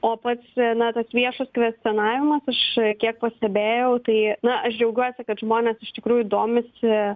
o pats na tas viešas kvestionavimas aš kiek pastebėjau tai na aš džiaugiuosi kad žmonės iš tikrųjų domisi